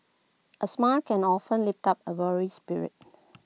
A smile can often lift up A weary spirit